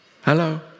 Hello